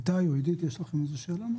יש למישהו שאלה?